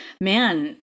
man